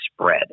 spread